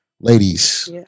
ladies